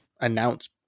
announce